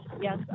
yes